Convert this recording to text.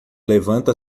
levanta